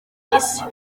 miss